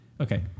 Okay